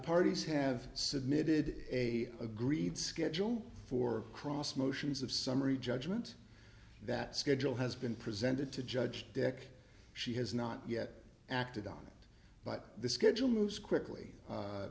parties have submitted a agreed schedule for cross motions of summary judgment that schedule has been presented to judge dec she has not yet acted on it but the schedule moves quickly